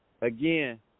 again –